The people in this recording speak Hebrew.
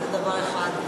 זה דבר אחד.